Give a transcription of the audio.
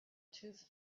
tooth